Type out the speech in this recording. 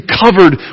covered